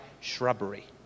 shrubbery